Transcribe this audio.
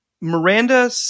Miranda